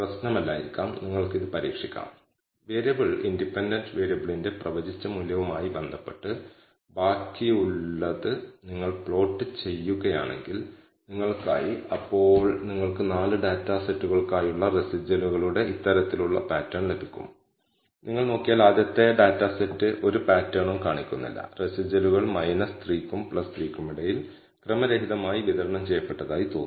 β1 0 ആണെങ്കിൽ x എന്ന independent വേരിയബിളിന് ഡിപെൻഡന്റ് വേരിയബിളിൽ യാതൊരു സ്വാധീനവുമില്ലെന്ന് ഇത് സൂചിപ്പിക്കുന്നു എന്നാൽ മറുവശത്ത് എങ്കിൽ നിങ്ങൾ ഈ നൾ ഹൈപോതെസിസ് നിരസിക്കുന്നു ഇൻഡിപെൻഡന്റ് വേരിയബിളിന് ഡിപെൻഡന്റ് വേരിയബിളിൽ എന്തെങ്കിലും സ്വാധീനം ഉണ്ടെന്ന് നമ്മൾ നിഗമനം ചെയ്യുന്നു